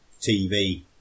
TV